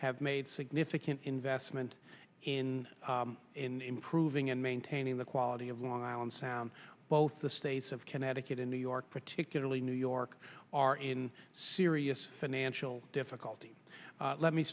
have made significant investment in in improving and maintaining the quality of long island sound both the states of connecticut and new york particularly new york are in serious financial difficulty let me